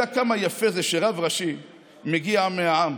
אתה יודע כמה יפה זה שרב ראשי מגיע מהעם,